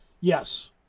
Yes